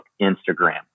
Instagram